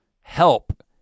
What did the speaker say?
help